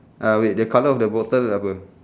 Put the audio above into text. uh wait the colour of the bottle apa